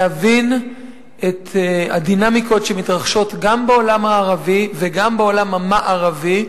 להבין את הדינמיקות שמתרחשות גם בעולם הערבי וגם בעולם המערבי,